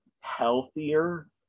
healthier